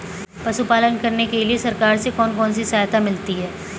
पशु पालन करने के लिए सरकार से कौन कौन सी सहायता मिलती है